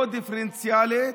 לא דיפרנציאלית,